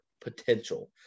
potential